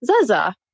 Zaza